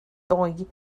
doi